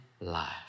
life